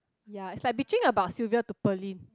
ya it's like bitching about Sylvia to Pearlyn